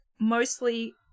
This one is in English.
mostly